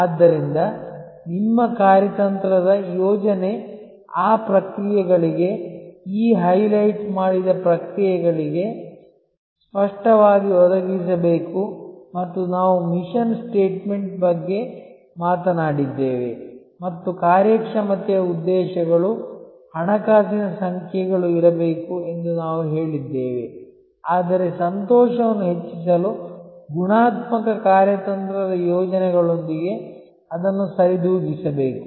ಆದ್ದರಿಂದ ನಿಮ್ಮ ಕಾರ್ಯತಂತ್ರದ ಯೋಜನೆ ಆ ಪ್ರಕ್ರಿಯೆಗಳಿಗೆ ಈ ಹೈಲೈಟ್ ಮಾಡಿದ ಪ್ರಕ್ರಿಯೆಗಳಿಗೆ ಸ್ಪಷ್ಟವಾಗಿ ಒದಗಿಸಬೇಕು ಮತ್ತು ನಾವು ಮಿಷನ್ ಸ್ಟೇಟ್ಮೆಂಟ್ ಬಗ್ಗೆ ಮಾತನಾಡಿದ್ದೇವೆ ಮತ್ತು ಕಾರ್ಯಕ್ಷಮತೆಯ ಉದ್ದೇಶಗಳು ಹಣಕಾಸಿನ ಸಂಖ್ಯೆಗಳು ಇರಬೇಕು ಎಂದು ನಾವು ಹೇಳಿದ್ದೇವೆ ಆದರೆ ಸಂತೋಷವನ್ನು ಹೆಚ್ಚಿಸಲು ಗುಣಾತ್ಮಕ ಕಾರ್ಯತಂತ್ರದ ಯೋಜನೆಗಳೊಂದಿಗೆ ಅದನ್ನು ಸರಿದೂಗಿಸಬೇಕು